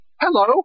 Hello